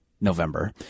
November